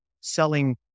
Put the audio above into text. selling